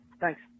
thanks